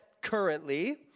currently